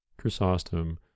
Chrysostom